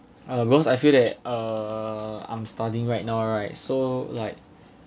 uh because I feel that uh I'm studying right now right so like